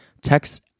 Text